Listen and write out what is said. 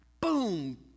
boom